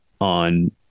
on